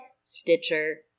Stitcher